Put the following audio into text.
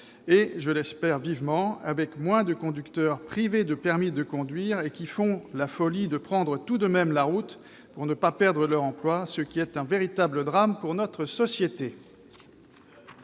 Je l'espère vivement, il y aura moins de conducteurs privés de permis de conduire qui font la folie de prendre tout de même la route pour ne pas perdre leur emploi, ce qui est un véritable drame pour notre société.